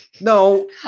No